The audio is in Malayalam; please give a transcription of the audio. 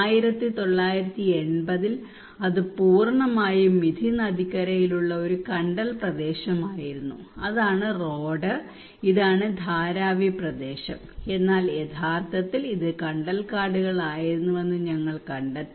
1980 ൽ അത് പൂർണ്ണമായും മിഥി നദിക്കരയിലുള്ള ഒരു കണ്ടൽ പ്രദേശമായിരുന്നു അതാണ് റോഡ് ഇതാണ് ധാരാവി പ്രദേശം എന്നാൽ യഥാർത്ഥത്തിൽ ഇത് കണ്ടൽക്കാടുകളായിരുന്നുവെന്ന് ഞങ്ങൾ കണ്ടെത്തി